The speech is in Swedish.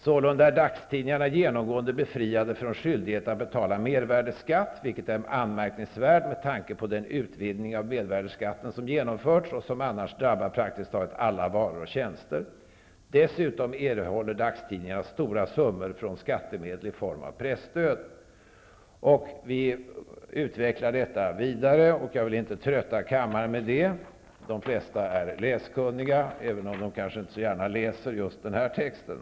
Sålunda är dagstidningarna genomgående befriade från skyldighet att betala mervärdeskatt, vilket är anmärkningsvärt med tanke på den utvidgning av mervärdeskatten som har genomförts och som annars drabbat praktiskt taget alla varor och tjänster. Dessutom erhåller dagstidningarna stora summor från skattemedel i form av presstöd. Vi utvecklar detta resonemang vidare i vår reservation, så jag vill inte trötta kammaren med det. De flesta är läskunniga, även om de kanske inte så gärna läser just den här texten.